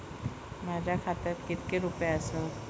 माझ्या खात्यात कितके रुपये आसत?